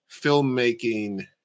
filmmaking